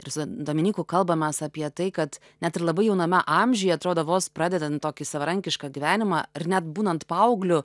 ir su dominyku kalbamės apie tai kad net ir labai jauname amžiuje atrodo vos pradedant tokį savarankišką gyvenimą ar net būnant paaugliu